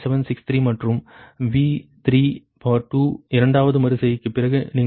9763 மற்றும் V3 இரண்டாவது மறு செய்கைக்குப் பிறகு நீங்கள் ஒரு யூனிட்டுக்கு 1